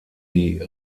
die